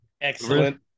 excellent